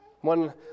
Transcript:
One